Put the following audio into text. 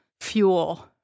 fuel